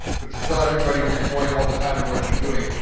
but to tell everybody where you're going all the time and what you're doing,